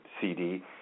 CD